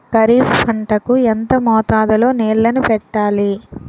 ఖరిఫ్ పంట కు ఎంత మోతాదులో నీళ్ళని పెట్టాలి?